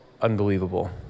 unbelievable